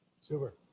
Super